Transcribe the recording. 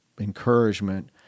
encouragement